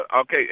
Okay